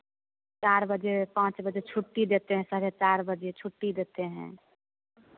चार बजे पाँच बजे छुट्टी देते हैं साढ़े चार बजे छुट्टी देते हैं